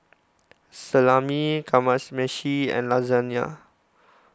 Salami and Lasagna